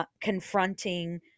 confronting